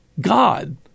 God